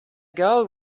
girl